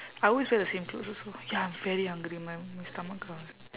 I always wear the same clothes also ya I'm very hungry my my stomach growl